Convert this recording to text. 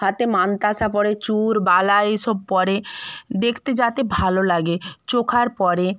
হাতে মান্তাসা পরে চুড় বালা এই সব পরে দেখতে যাতে ভালো লাগে চোখের পরে